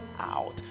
out